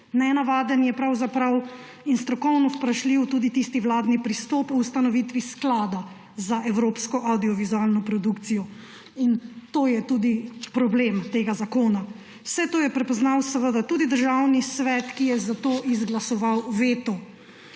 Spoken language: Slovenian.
Nenavaden in strokovno vprašljiv je pravzaprav tisti vladni pristop o ustanovitvi sklada za evropsko avdiovizualno produkcijo. In to je tudi problem tega zakona. Vse to je prepoznal seveda tudi Državni svet, ki je zato izglasoval veto.